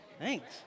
Thanks